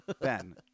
Ben